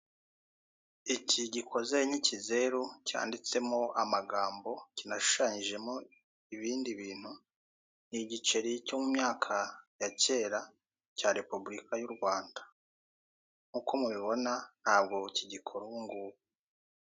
Iki gikoze nk'ikizeru cyanditsemo amagambo cyinashushanyijemo ibindi bintu ni igiceri cyo mu myaka ya kera cya repubulika y'u Rwanda, nkuko mubibona ntago kigikora ubu ngubu.